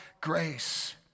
grace